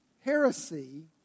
heresy